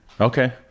Okay